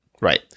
Right